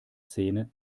zähne